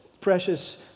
precious